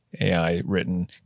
AI-written